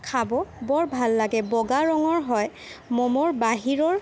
খাব বৰ ভাল লাগে বগা ৰঙৰ হয় ম'ম'ৰ বাহিৰৰ